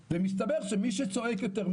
בטלוויזיה ומסתבר שמי שצועק יותר,